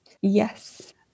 Yes